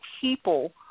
people